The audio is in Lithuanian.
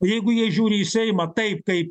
jeigu jie žiūri į seimą taip kaip